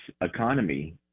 economy